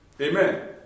Amen